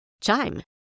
Chime